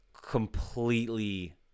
completely